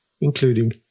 including